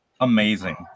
amazing